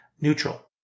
neutral